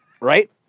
Right